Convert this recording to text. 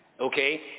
Okay